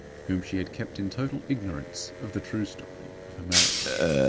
whom she had kept in total ignorance of the true story of her marriage.